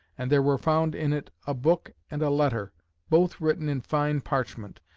and there were found in it a book and a letter both written in fine parchment,